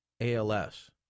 ALS